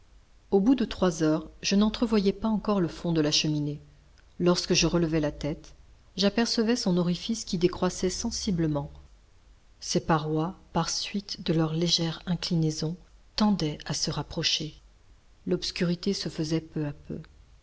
au bout de trois heures je n'entrevoyais pas encore le fond de la cheminée lorsque je relevais la tête j'apercevais son orifice qui décroissait sensiblement ses parois par suite de leur légère inclinaison tendaient à se rapprocher l'obscurité se faisait peu à peu